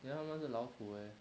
then 他们的老虎 leh